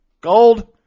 gold